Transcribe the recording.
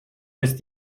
ist